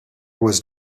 was